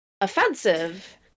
offensive